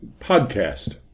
podcast